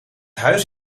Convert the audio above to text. huis